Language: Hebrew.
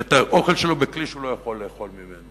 את האוכל שלו בכלי שהוא לא יכול לאכול ממנו.